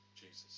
Jesus